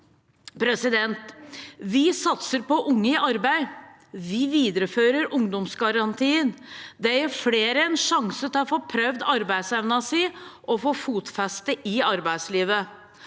dyr strøm. Vi satser på unge i arbeid. Vi viderefører ungdomsgarantien. Det gir flere en sjanse til å få prøvd arbeidsevnen sin og få fotfeste i arbeidslivet.